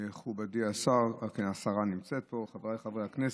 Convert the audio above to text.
מכובדי השר, השרה נמצאת פה, חבריי חברי הכנסת,